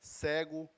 cego